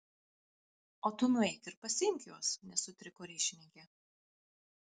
o tu nueik ir pasiimk juos nesutriko ryšininkė